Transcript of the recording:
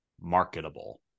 marketable